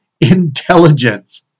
intelligence